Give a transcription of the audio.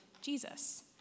Jesus